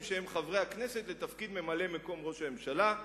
שהם חברי הכנסת לתפקיד ממלא-מקום ראש הממשלה,